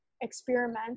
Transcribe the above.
experiment